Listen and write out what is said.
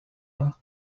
ans